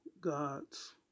God's